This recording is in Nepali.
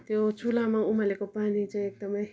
त्यो चुल्हामा उमालेको पानी चाहिँ एकदमै